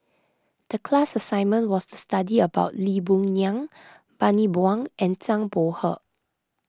the class assignment was to study about Lee Boon Ngan Bani Buang and Zhang Bohe